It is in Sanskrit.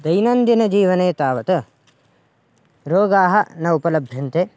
दैनन्दिनजीवने तावत् रोगाः न उपलभ्यन्ते